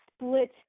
split